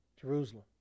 Jerusalem